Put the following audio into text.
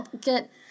Get